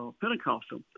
Pentecostal